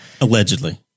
Allegedly